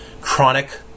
chronic